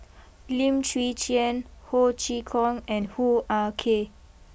Lim Chwee Chian Ho Chee Kong and Hoo Ah Kay